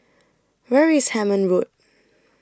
Where IS Hemmant Road